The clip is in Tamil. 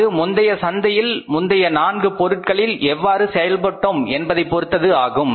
அது முந்தைய சந்தையில் முந்தைய நான்கு பொருட்களில் எவ்வாறு செயல்பட்டோம் என்பதைப் பொறுத்தது ஆகும்